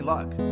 luck